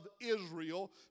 Israel